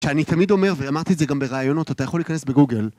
שאני תמיד אומר, ואמרתי את זה גם בראיונות, אתה יכול להיכנס בגוגל.